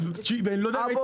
אבו,